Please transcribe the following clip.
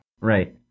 Right